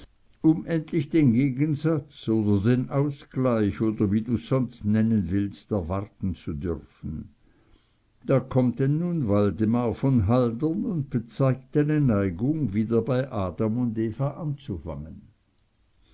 um endlich den gegensatz oder den ausgleich oder wie du's sonst nennen willst erwarten zu dürfen und da kommt denn nun waldemar von haldern und bezeigt eine neigung wieder bei adam und eva anzufangen